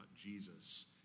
Jesus